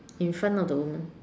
in front of the women